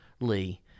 Lee